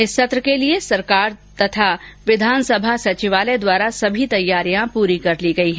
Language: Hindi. इस सत्र के लिए सरकार तथा विधानसभा सचिवालय द्वारा सभी तैयारियां आज पूरी कर ली गयीं